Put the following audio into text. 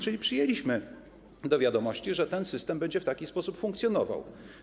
Czyli przyjęliśmy do wiadomości, że ten system będzie w taki sposób funkcjonował.